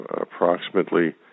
approximately